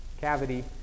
cavity